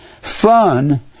fun